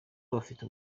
bafite